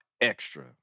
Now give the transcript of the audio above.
extra